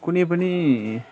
कुनै पनि